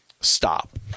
Stop